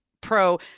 pro